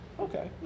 Okay